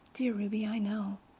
dear ruby, i know.